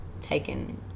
taken